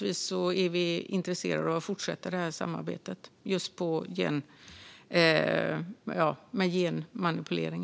Vi är naturligtvis intresserade av att fortsätta samarbetet just när det gäller genmanipulering.